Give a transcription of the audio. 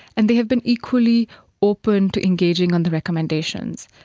and they have been equally open to engaging on the recommendations.